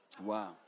Wow